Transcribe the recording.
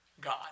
God